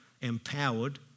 empowered